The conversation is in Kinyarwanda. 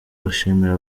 bashimira